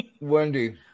Wendy